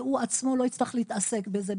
והוא עצמו לא יצטרך להתעסק בזה,